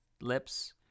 lips